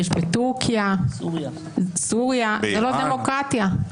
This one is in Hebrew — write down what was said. יש בטורקיה, סוריה, זאת לא דמוקרטיה.